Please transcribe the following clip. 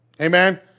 Amen